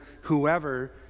whoever